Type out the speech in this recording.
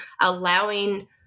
allowing